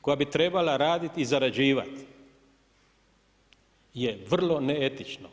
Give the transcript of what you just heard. koja bi trebala raditi, zarađivati, je vrlo neetično.